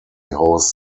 hosts